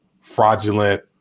fraudulent